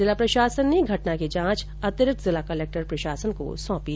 जिला प्रशासन ने इस घटना की जांच अतिरिक्त जिला कलेक्टर प्रशासन को सौंपी है